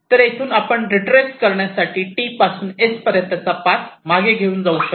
तर येथून आपण रीट्रेस करण्यासाठी T पासून S पर्यंतचा पाथ मागे घेऊ शकता